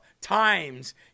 times